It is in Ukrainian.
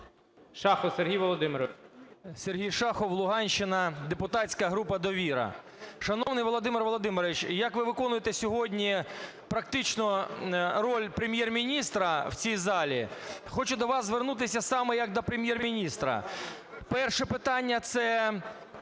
Шахов Сергій Володимирович.